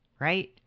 Right